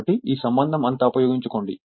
కాబట్టి ఈ సంబంధం అంతా ఉపయోగించుకోండి